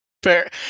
Fair